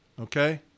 Okay